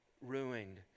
ruined